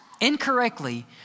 incorrectly